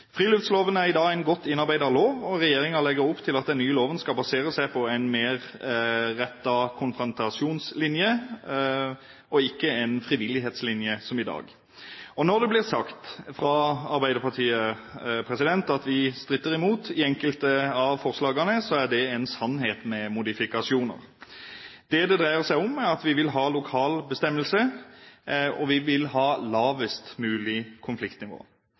Friluftsloven er i dag en godt innarbeidet lov, og regjeringen legger opp til at den nye loven skal basere seg på en mer konfrontasjonsrettet linje, og ikke en frivillighetslinje, som i dag. Når det blir sagt fra Arbeiderpartiet at vi når det gjelder enkelte av forslagene, stritter imot, er det en sannhet med modifikasjoner. Det det dreier seg om, er at vi vil ha lokal bestemmelse, og vi vil ha lavest mulig konfliktnivå.